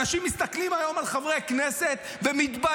אנשים מסתכלים היום על חברי כנסת ומתביישים.